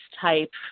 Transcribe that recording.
type